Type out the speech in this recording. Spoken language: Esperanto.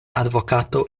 advokato